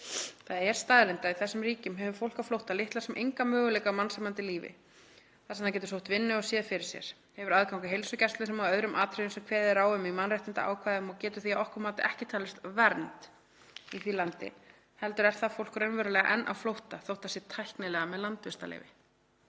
Það er staðreynd að í þessum ríkjum hefur fólk á flótta litla sem enga möguleika á mannsæmandi lífi, þar sem það getur sótt vinnu og séð fyrir sér, hefur aðgang að heilsugæslu sem og öðrum atriðum sem kveðið er á um í mannréttindaákvæðum, og getur því að okkar mati ekki talist „vernd“ í því landi heldur er það fólk raunverulega enn á flótta, þótt að það sé „tæknilega“ með landvistarleyfi.